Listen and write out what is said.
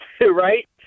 right